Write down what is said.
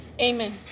Amen